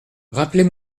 rappelez